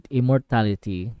immortality